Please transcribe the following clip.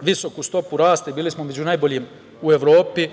visoku stopu rasta, bili smo među najboljima u Evropi,